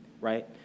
right